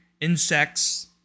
insects